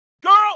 Girl